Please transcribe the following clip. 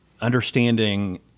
understanding